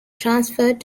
transferred